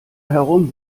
herum